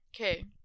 Okay